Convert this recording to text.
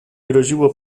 groziło